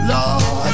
Lord